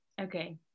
Okay